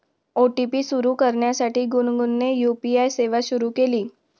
OTP सुरू करण्यासाठी गुनगुनने यू.पी.आय सेवा सुरू केली